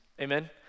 Amen